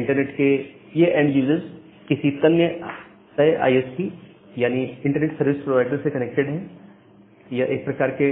internet के ये end users किसी तय आईएसपी यानी इंटरनेट सर्विस प्रोवाइडर से कनेक्टेड है यह एक प्रकार के